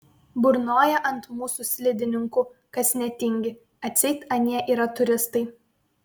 burnoja ant mūsų slidininkų kas netingi atseit anie yra turistai